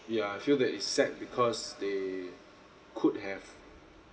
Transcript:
ya I feel that is sad because they could have